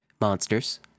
monsters